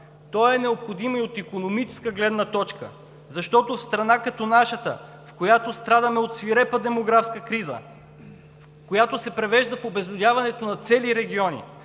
Той е необходим и от икономическа гледна точка. В страна като нашата, в която страдаме от свирепа демографска криза, която преминава в обезлюдяването на цели региони,